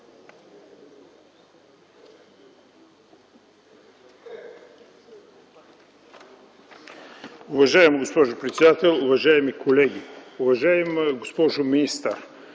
Уважаема госпожо председател, уважаеми колеги, уважаема госпожо министър!